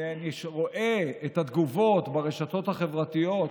ומי שרואה את התגובות ברשתות החברתיות,